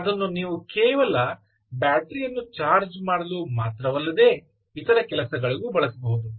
ಅದನ್ನು ನೀವು ಕೇವಲ ಬ್ಯಾಟರಿ ಯನ್ನು ಚಾರ್ಜ್ ಮಾಡಲು ಮಾತ್ರವಲ್ಲದೆ ಇತರ ಕೆಲಸಗಳಿಗೂ ಬಳಸಬಹುದು